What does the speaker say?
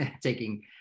taking